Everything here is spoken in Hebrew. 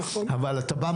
אבל אתה בא,